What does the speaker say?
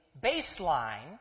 baseline